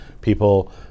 People